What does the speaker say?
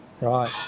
right